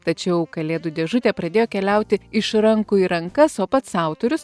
tačiau kalėdų dėžutė pradėjo keliauti iš rankų į rankas o pats autorius